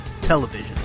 Television